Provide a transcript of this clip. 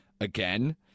again